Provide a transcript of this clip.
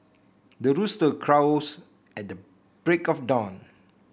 the rooster crows at the break of dawn